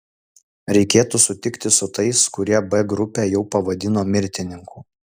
reikėtų sutikti su tais kurie b grupę jau pavadino mirtininkų